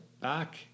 back